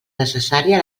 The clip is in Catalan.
necessària